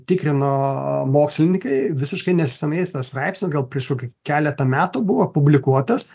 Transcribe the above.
tikrino mokslininkai visiškai nesenais tas straipsnis gal prieš kokį keletą metų buvo publikuotas